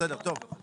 בסדר, טוב.